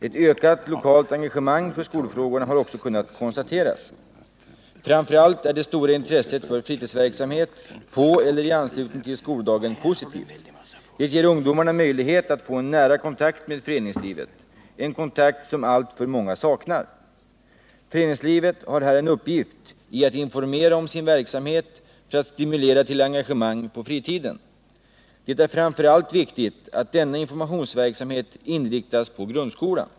Ett ökat lokalt engagemang för skolfrågorna har också kunnat konstateras. Framför allt är det stora intresset för fritidsverksamhet under eller i anslutning till skoldagen positivt. Det ger ungdomarna möjlighet att få en nära kontakt med föreningslivet, en kontakt som alltför många saknar. Föreningslivet har här uppgiften att informera om sin verksamhet för att stimulera till engagemang under fritiden. Det är framför allt viktigt att denna informationsverksamhet inriktas på grundskolan.